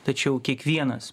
tačiau kiekvienas